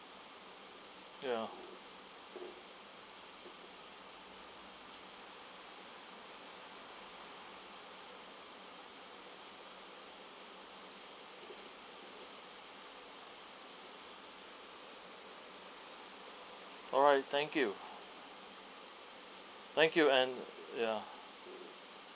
ya alright thank you thank you and ya